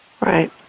Right